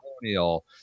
colonial